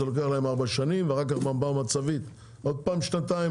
זה לוקח להם ארבע שנים ואחר כך --- עוד פעם שנתיים,